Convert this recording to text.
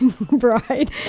bride